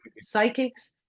psychics